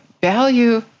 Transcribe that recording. Value